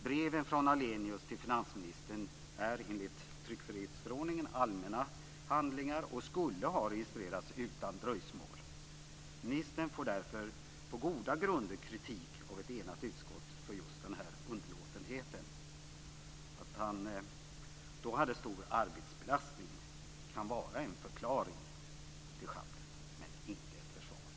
Breven från Ahlenius till finansministern är enligt tryckfrihetsförordningen allmänna handlingar och skulle ha registrerats utan dröjsmål. Ministern får därför på goda grunder kritik av ett enat utskott för just den här underlåtenheten. Att han då hade stor arbetsbelastning kan vara en förklaring till schabblet men inte ett försvar.